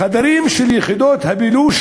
בחדרים של יחידות הבילוש